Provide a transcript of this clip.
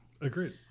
Agreed